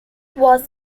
was